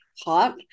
hot